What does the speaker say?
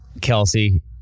Kelsey